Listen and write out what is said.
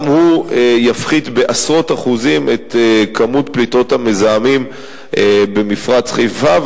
גם הוא יפחית בעשרות אחוזים את כמות פליטות המזהמים במפרץ חיפה.